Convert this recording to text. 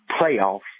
playoffs